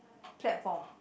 platform